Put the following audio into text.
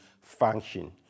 function